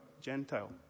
Gentile